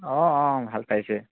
অ অ ভাল পাইছে